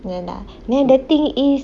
no lah the thing is